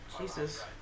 Jesus